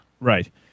Right